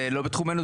זה לא בתחומנו,